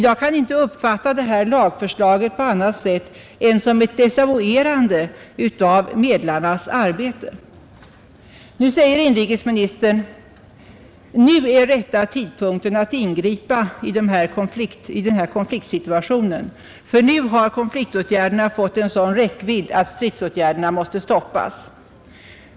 Jag kan inte fatta detta lagförslag på annat sätt än som ett desavuerande av medlarnas arbete. Inrikesministern sade att nu är rätta tidpunkten att ingripa i konfliktsituationen, ty nu har konflikten fått sådan räckvidd att stridsåtgärderna måste stoppas.